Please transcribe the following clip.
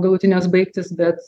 galutinės baigtys bet